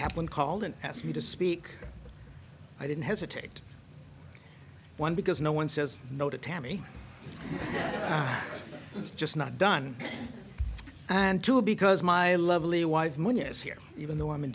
kaplan called and asked me to speak i didn't hesitate one because no one says no to tammy it's just not done and two because my lovely wife money is here even though i'm in